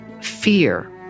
fear